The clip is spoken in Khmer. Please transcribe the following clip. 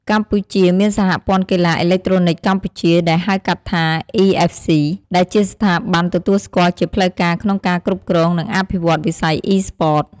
កម្ពុជាមានសហព័ន្ធកីឡាអេឡិចត្រូនិកកម្ពុជា ដែលហៅកាត់ថា EFC ដែលជាស្ថាប័នទទួលស្គាល់ជាផ្លូវការក្នុងការគ្រប់គ្រង និងអភិវឌ្ឍវិស័យ Esports។